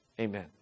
Amen